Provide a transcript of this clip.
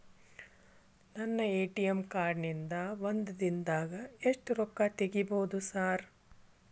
ನನ್ನ ATM card ನಿಂದಾ ಒಂದ್ ದಿಂದಾಗ ಎಷ್ಟ ರೊಕ್ಕಾ ತೆಗಿಬೋದು ಸಾರ್?